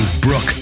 Brooke